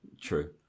True